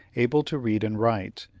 able to read and write,